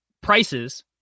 prices